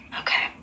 Okay